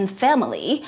family